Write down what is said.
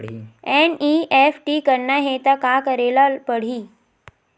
NEFT करना हे त का करे ल पड़हि?